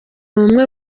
umwe